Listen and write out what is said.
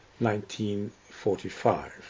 1945